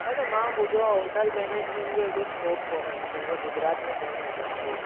दादा मां ॿुधो आहे होटल मेनेजमेंट जो एॾो स्कोप कोन्हे पंहिंजे गुजरात में कोन्हे एॾो स्कोप